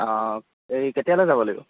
অঁ এই কেতিয়ালৈ যাব লাগিব